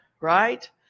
right